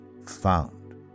found